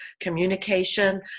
communication